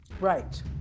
Right